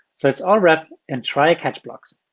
so it's all wrapped in try-catch blocks.